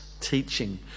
teaching